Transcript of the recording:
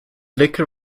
liquor